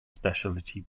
specialty